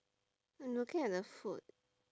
I'm looking at the food